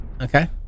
Okay